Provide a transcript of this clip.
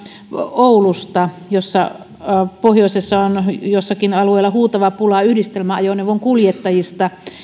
oulusta pohjoisessa on joillakin alueilla huutava pula yhdistelmäajoneuvonkuljettajista